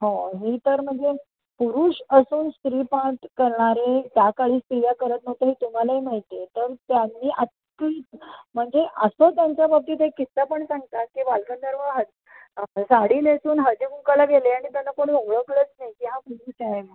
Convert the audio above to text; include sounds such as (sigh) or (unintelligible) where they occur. हो ही तर म्हणजे पुरुष असून स्त्री पार्ट करणारे त्या काळी स्त्रिया करत नव्हत्या हे तुम्हालाही माहिती आहे तर त्यांनी (unintelligible) म्हणजे असं त्यांच्याबतीत एक किस्सा पण सांगतात की बालगंधर्व ह साडी नेसून हळदीकुंकवाला गेले आणि त्यांना कोणी ओळखलंच नाही की हा पुरुष आहे